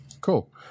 Cool